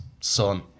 son